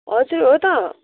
हजुर हो त